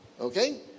Okay